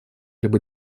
либо